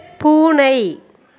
பூனை